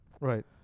Right